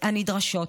הנדרשות.